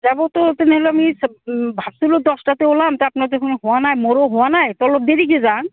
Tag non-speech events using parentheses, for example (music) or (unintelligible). যাবতো তেনেহ'লে আমি ভাবছিলোঁ দছটাতে ওলাম (unintelligible) দেখো হোৱা নাই মোৰো হোৱা নাই ত' অলপ দেৰিকৈ যাম